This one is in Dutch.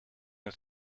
het